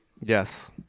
Yes